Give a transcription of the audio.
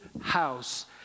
house